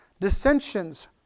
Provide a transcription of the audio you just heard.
dissensions